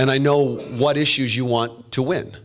and i know what issues you want to win